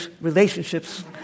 relationships